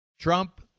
Trump